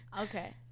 Okay